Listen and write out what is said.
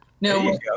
No